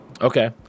Okay